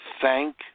thank